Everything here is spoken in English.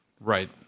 Right